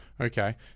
Okay